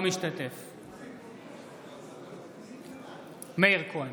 משתתף בהצבעה מאיר כהן,